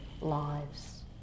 lives